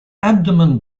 abdomen